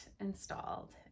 installed